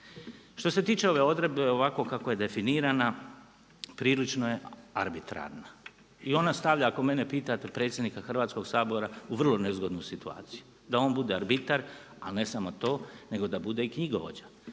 Što se tiče ove odredbe ovako kako je definirana prilično je arbitrarna. I ona stavlja ako mene pitate predsjednika Hrvatskoga sabora u vrlo nezgodnu situaciju, da on bude arbitar, ali ne samo to nego da bude i knjigovođa,